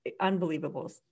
unbelievable